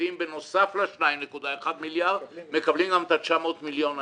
הממשלתיים בנוסף ל-2.1 מיליארד מקבלים גם את ה-900 מיליון האלה.